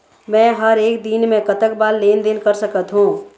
मे हर एक दिन मे कतक बार लेन देन कर सकत हों?